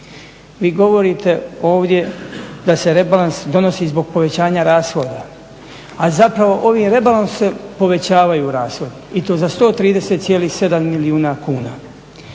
Vi govorite ovdje da se rebalans donosi zbog povećanja rashoda, a zapravo ovi rebalansi povećavaju rashod i to za 130,7 milijuna kuna,